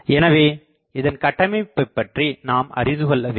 எனவே இதன் கட்டமைப்பு பற்றி நாம் அறிந்துகொள்ள வேண்டும்